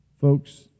Folks